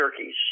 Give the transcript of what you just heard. turkeys